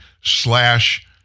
slash